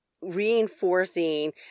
reinforcing